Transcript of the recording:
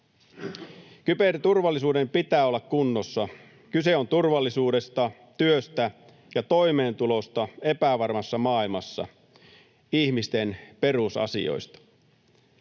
Kyberturvallisuuden pitää olla kunnossa. Kyse on turvallisuudesta, työstä ja toimeentulosta epävarmassa maailmassa — ihmisten perusasioista.